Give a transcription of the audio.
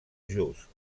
just